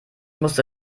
musste